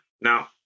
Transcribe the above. Now